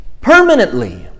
permanently